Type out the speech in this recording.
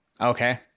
Okay